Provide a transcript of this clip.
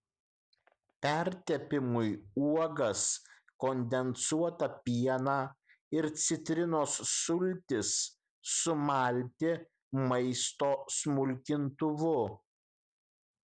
pertepimui uogas kondensuotą pieną ir citrinos sultis sumalti maisto smulkintuvu